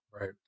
Right